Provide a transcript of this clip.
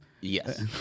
Yes